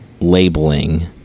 labeling